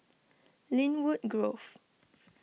Lynwood Grove